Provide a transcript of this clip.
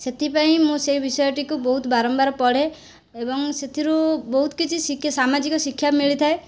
ସେଥିପାଇଁ ମୁଁ ସେହି ବିଷୟଟିକୁ ବହୁତ ବାରମ୍ବାର ପଢ଼େ ଏବଂ ସେଥିରୁ ବହୁତ କିଛି ସାମାଜିକ ଶିକ୍ଷା ମିଳିଥାଏ